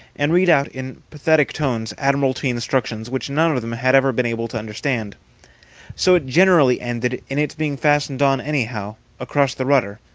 and read out in pathetic tones admiralty instructions which none of them had ever been able to understand so it generally ended in its being fastened on, anyhow, across the rudder.